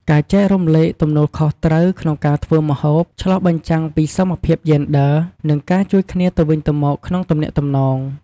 ការចែករំលែកទំនួលខុសត្រូវក្នុងការធ្វើម្ហូប ឆ្លុះបញ្ចាំងពីសមភាពយេនឌ័រ និងការជួយគ្នាទៅវិញទៅមកក្នុងទំនាក់ទំនង។